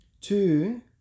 Two